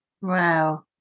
Wow